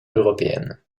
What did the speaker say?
européenne